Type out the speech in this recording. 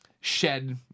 shed